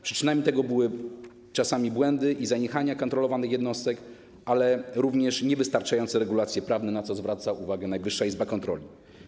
Przyczyny tego to czasami błędy i zaniechania kontrolowanych jednostek, ale również niewystarczające regulacje prawne, na co zwraca uwagę Najwyższa Izba Kontroli.